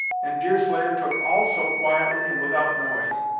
and deerslayer took all so quietly and without noise!